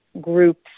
groups